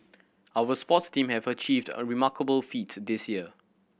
our sports team have achieved a remarkable feat this year